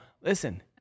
listen